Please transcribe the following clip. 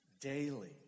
daily